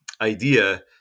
idea